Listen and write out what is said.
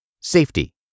Safety